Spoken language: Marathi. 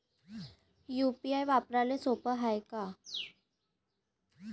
यू.पी.आय वापराले सोप हाय का?